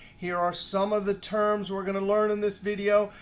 here are some of the terms we're going to learn in this video,